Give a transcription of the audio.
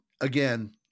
again